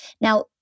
Now